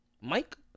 Mike